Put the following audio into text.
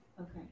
okay